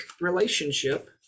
relationship